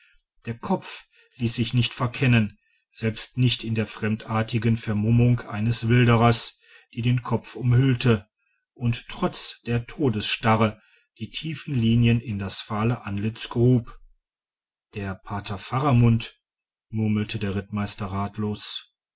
der kopf ließ sich nicht verkennen selbst nicht in der fremdartigen vermummung eines wilderers die den körper umhüllte und trotz der todesstarre die tiefe linien in das fahle antlitz grub der pater faramund murmelte der rittmeister ratlos